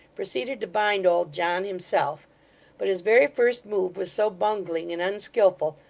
proceeded to bind old john himself but his very first move was so bungling and unskilful,